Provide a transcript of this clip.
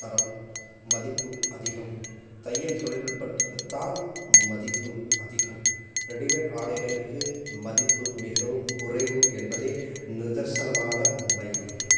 தரம் மதிப்பு அதிகம் தையல் தொழில்நுட்பத்துக்குத் தான் மதிப்பு அதிகம் ரெடிமேட் ஆடைகளுக்கு மதிப்பு மிகவும் குறைவு என்பதே நிதர்சனமான உண்மை